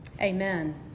amen